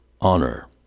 honor